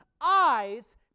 eyes